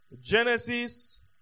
Genesis